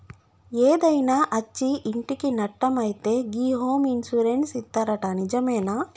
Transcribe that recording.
ఏదైనా అచ్చి ఇంటికి నట్టం అయితే గి హోమ్ ఇన్సూరెన్స్ ఇత్తరట నిజమేనా